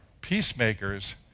peacemakers